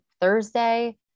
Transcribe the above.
Thursday